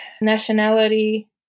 nationality